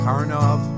Karnov